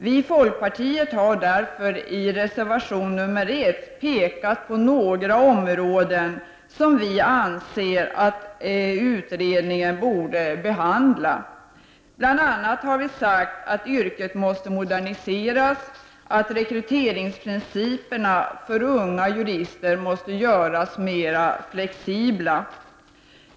Vi i folkpartiet har därför i reservation nr 1 pekat på några områden, som vi anser att utredningen borde behandla. Bl.a. har vi sagt att yrket måste moderniseras och att principerna för rekrytering av unga jurister måste göras mera flexibla.